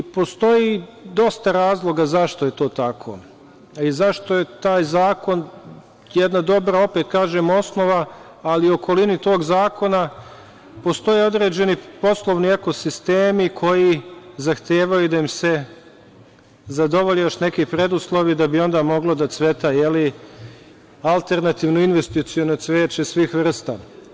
Postoji dosta razloga zašto je to tako i zašto je taj zakon, opet kažem, jedna dobra osnova ali u okolini tog zakona postoji određeni poslovni ekosistemi koji zahtevaju da im se zadovolje još neki preduslovi da bi onda moglo da cveta, alternativno, investiciono cveće svih vrsta.